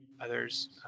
others